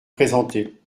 présenter